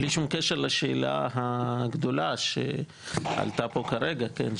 בלי שום קשר לשאלה הגדולה שעלתה פה כרגע, כן?